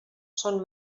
són